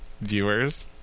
viewers